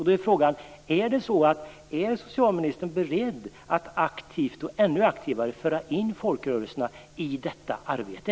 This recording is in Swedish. Då är min fråga: Är socialministern beredd att ännu aktivare föra in folkrörelserna i detta arbete?